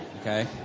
okay